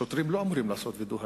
שוטרים לא אמורים לעשות וידוא הריגה.